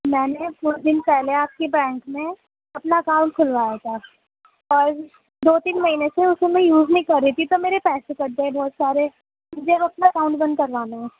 میں نے کچھ دن پہلے آپ کے بینک میں اپنا اکاؤنٹ کھلوایا تھا اور دو تین مہینے سے اسے میں یوز نہیں کر رہی تھی تو میرے پیسے کٹ گئے بہت سارے مجھے اب اپنا اکاؤنٹ بند کروانا ہے